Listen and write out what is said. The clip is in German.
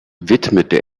widmete